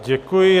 Děkuji.